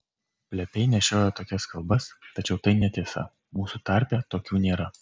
plepiai nešiojo tokias kalbas tačiau tai netiesa mūsų tarpe tokių nėra